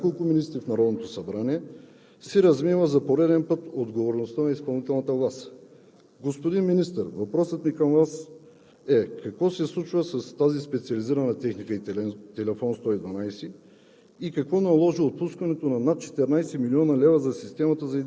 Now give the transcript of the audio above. Това се затвърждава и днес, защото чрез изслушване на няколко министри в Народното събрание се размива за пореден път отговорността на изпълнителната власт. Господин Министър, въпросът ни към Вас е: какво се случва с тази специализирана техника и телефон 112